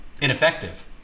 ineffective